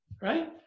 Right